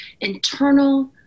internal